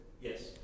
Yes